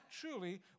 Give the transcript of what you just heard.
truly